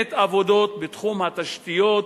יוזמת עבודות בתחום התשתיות,